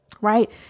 Right